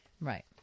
right